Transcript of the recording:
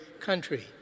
country